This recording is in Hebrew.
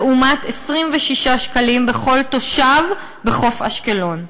לעומת 26 שקלים בכל תושב בחוף-אשקלון,